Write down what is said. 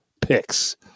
picks